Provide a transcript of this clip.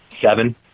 seven